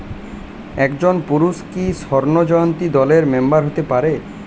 একজন পুরুষ কি স্বর্ণ জয়ন্তী দলের মেম্বার হতে পারে?